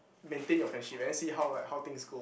maintain your friendship and then see how right how things go